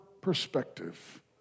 perspective